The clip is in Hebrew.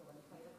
תודה.